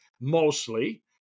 Mostly